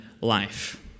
life